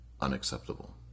Unacceptable